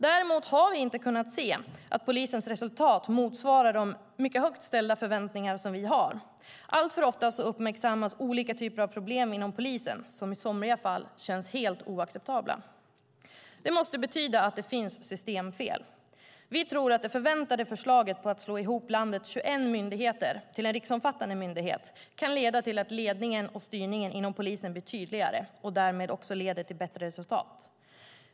Däremot har vi inte kunnat se att polisens resultat motsvarar de mycket högt ställda förväntningar vi har. Alltför ofta uppmärksammas olika typer av problem inom polisen som i somliga fall känns helt oacceptabla. Det måste betyda att det finns systemfel. Vi tror att det förväntade förslaget om att slå ihop landets 21 polismyndigheter till en riksomfattande myndighet kan leda till att ledningen och styrningen inom polisen blir tydligare, vilket därmed leder till bättre resultat.